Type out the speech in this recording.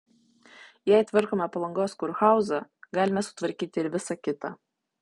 jei tvarkome palangos kurhauzą galime sutvarkyti ir visa kita